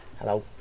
Hello